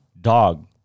dog